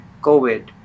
COVID